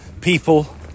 people